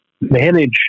manage